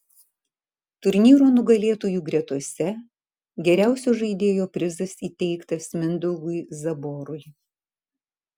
turnyro nugalėtojų gretose geriausio žaidėjo prizas įteiktas mindaugui zaborui